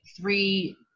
three